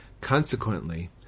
Consequently